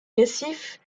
récifs